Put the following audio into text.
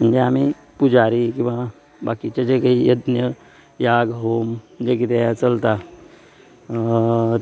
म्हणजे आमी पुजारी किंवां बाकिचे जे काही यत्न याग होम जे कितें चलता